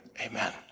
amen